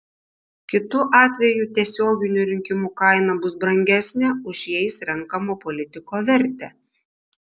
kitu atveju tiesioginių rinkimų kaina bus brangesnė už jais renkamo politiko vertę